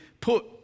put